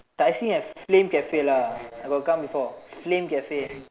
Tai-Seng have flame cafe lah I got come before flame cafe